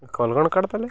call କ'ଣ କାଟିଦେଲେ